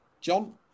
John